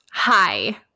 hi